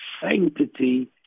sanctity